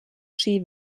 ski